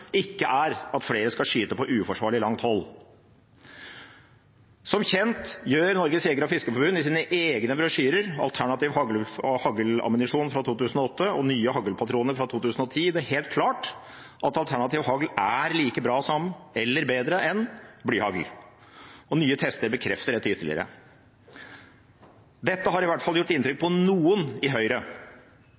ikke er at flere skal skyte på uforsvarlig langt hold. Som kjent gjør Norges Jeger- og Fiskerforbund i sine egne brosjyrer om alternativ haglammunisjon fra 2008 og nye haglpatroner fra 2010 det helt klart at alternativ hagl er like bra som, eller bedre enn, blyhagl. Nye tester bekrefter dette ytterligere. Dette har i hvert fall gjort inntrykk på noen i Høyre.